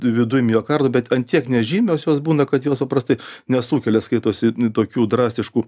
viduj miokardo bet ant tiek nežymios jos būna kad jos paprastai nesukelia skaitosi tokių drastiškų